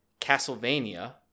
Castlevania